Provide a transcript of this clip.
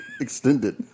extended